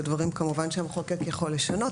זה דברים כמובן שהמחוקק יכול לשנות,